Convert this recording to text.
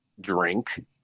drink